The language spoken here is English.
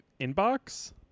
inbox